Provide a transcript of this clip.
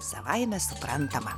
savaime suprantama